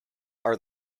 are